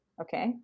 Okay